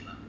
ya